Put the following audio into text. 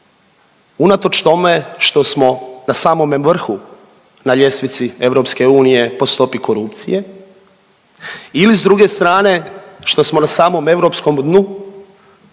unatoč tome što smo na samome vrhu na ljestvici EU po stopi korupcije ili s druge strane što smo na samom europskom dnu